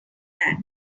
that